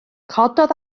cododd